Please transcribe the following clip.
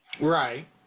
Right